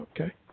Okay